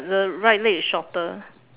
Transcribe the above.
the right leg is shorter